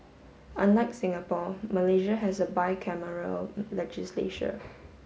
unlike Singapore Malaysia has a bicameral legislature